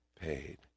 paid